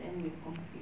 then will compete